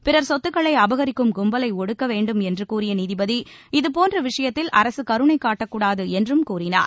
பிறர் சொத்துக்களை அபகரிக்கும் கும்பலை ஒடுக்க வேண்டும் என்று கூறிய நீதிபதி இதுபோன்ற விஷயத்தில் அரசு கருணை காட்டக்கூடாது என்றும் கூறினார்